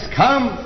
come